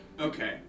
Okay